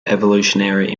evolutionary